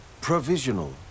Provisional